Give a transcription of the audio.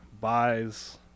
buys